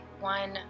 one